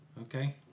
Okay